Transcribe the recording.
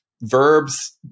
verbs